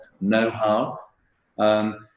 know-how